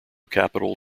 capital